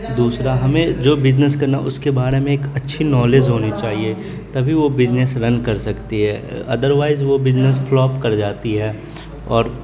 دوسرا ہمیں جو بزنس کرنا اس کے بارے میں ایک اچھی نالج ہونی چاہیے تبھی وہ بزنس رن کر سکتی ہے ادر وائز وہ بزنس فلاپ کر جاتی ہے اور